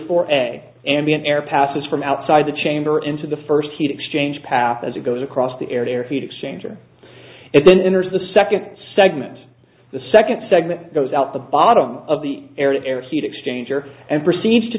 an air passes from outside the chamber into the first heat exchange path as it goes across the air heat exchanger it then enters the second segment the second segment goes out the bottom of the air to air heat exchanger and proceeds to